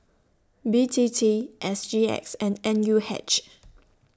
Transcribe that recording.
B T T S G X and N U H